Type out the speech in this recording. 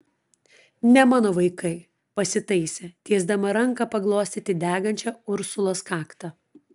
ne mano vaikai pasitaisė tiesdama ranką paglostyti degančią ursulos kaktą